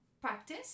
practice